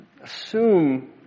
Assume